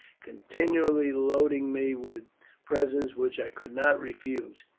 continually loading me with presents, which i could not refuse.